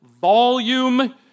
volume